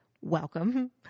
welcome